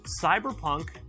Cyberpunk